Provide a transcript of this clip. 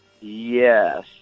Yes